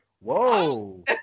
Whoa